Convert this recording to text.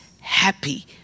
happy